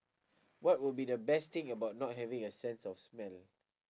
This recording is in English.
what would be the best thing about not having a sense of smell